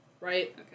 right